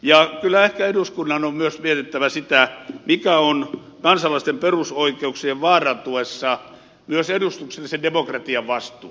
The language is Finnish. ja kyllä ehkä eduskunnan on myös mietittävä sitä mikä on kansalaisten perusoikeuksien vaarantuessa myös edustuksellisen demokratian vastuu